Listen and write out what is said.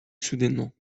soudainement